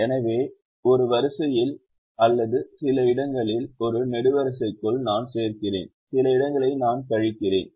எனவே ஒரு வரிசையில் அல்லது சில இடங்களில் ஒரு நெடுவரிசைக்குள் நான் சேர்க்கிறேன் சில இடங்களை நான் கழிக்கிறேன்